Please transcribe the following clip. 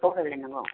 phone रायज्लायनांगौ